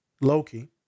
Loki